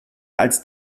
als